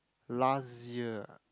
last year